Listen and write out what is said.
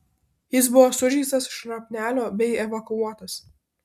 jis buvo sužeistas šrapnelio bei evakuotas